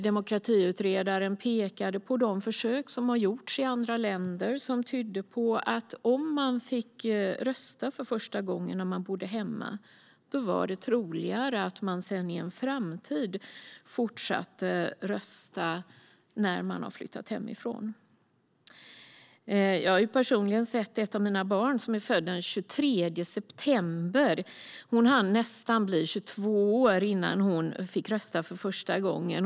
Demokratiutredaren pekade på de försök som har gjorts i andra länder och som tydde på att om man får rösta för första gången när man bor hemma är det troligare att man sedan i en framtid, när man har flyttat hemifrån, fortsätter att rösta. Jag har personligen sett hur det blev för ett av mina barn, som är född den 23 september. Hon hann nästan bli 22 år innan hon fick rösta för första gången.